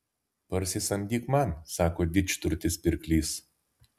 parsisamdyk man sako didžturtis pirklys